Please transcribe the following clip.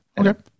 Okay